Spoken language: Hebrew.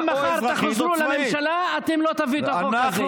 אם מחר תחזרו לממשלה, אתם לא תביאו את החוק הזה.